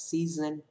Season